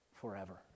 forever